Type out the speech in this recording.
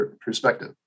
perspective